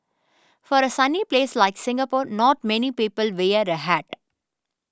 for a sunny place like Singapore not many people wear a hat